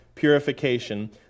purification